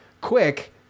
quick